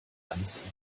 ansehen